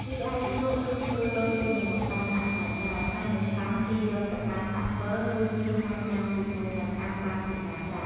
រីឯជ្រក់គឺធ្វើដូចទៅនឹងនំបុ័ងដាក់សាច់ដែរហើយនំបុ័ងគេយកទៅអាំងដាក់ប័ររួចយើងអាចញុាំជាមួយសាច់អាំងបានជាការស្រេច។